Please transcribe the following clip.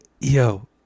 yo